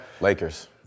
Lakers